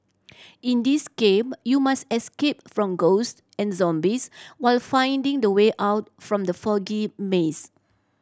in this game you must escape from ghosts and zombies while finding the way out from the foggy maze